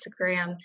instagram